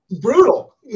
Brutal